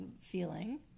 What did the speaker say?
feeling